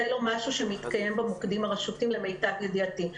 זה לא משהו שמתקיים במוקדים הרשותיים למיטב ידיעתי.